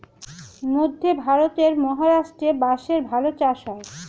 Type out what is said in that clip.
মধ্যে ভারতের মহারাষ্ট্রে বাঁশের ভালো চাষ হয়